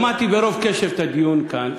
שמעתי ברוב קשב את הדיון כאן.